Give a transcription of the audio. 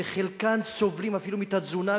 וחלקם סובלים אפילו מתת-תזונה.